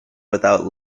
without